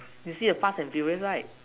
you see the fast and furious right